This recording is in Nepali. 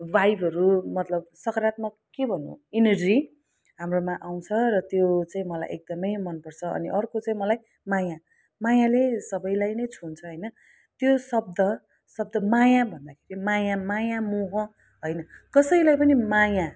भाइबहरू मतलब सकारात्मक के भनौँ इनर्जी हाम्रोमा आउँछ र त्यो चाहिँ मलाई एकदमै मनपर्छ अनि अर्को चाहिँ मलाई माया मायाले सबैलाई नै छुन्छ होइन त्यो शब्द शब्द माया भन्दाखेरि माया माया मोह होइन कसैलाई पनि माया